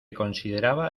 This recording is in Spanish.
consideraba